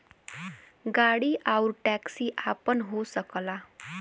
गाड़ी आउर टैक्सी आपन हो सकला